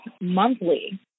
monthly